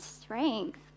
Strength